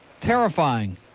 Terrifying